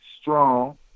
strong